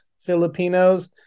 Filipinos